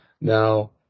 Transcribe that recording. Now